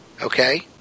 okay